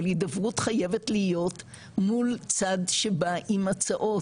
אבל הידברות חייבת להיות מול צד שבה עם הצעות,